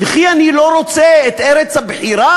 וכי אני לא רוצה את ארץ הבחירה?